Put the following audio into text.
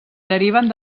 deriven